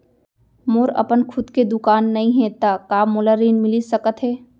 मोर अपन खुद के दुकान नई हे त का मोला ऋण मिलिस सकत?